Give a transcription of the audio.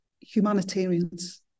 humanitarians